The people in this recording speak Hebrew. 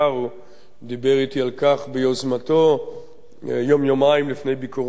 דיבר אתי על כך ביוזמתו יום-יומיים לפני ביקורו בקריית-מלאכי,